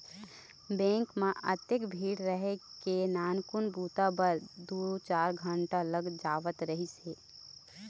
bank म अतेक भीड़ रहय के नानकुन बूता बर दू चार घंटा लग जावत रहिस हे